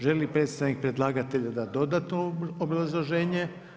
Želi li predstavnik predlagatelja dati dodatno obrazloženje?